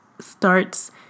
starts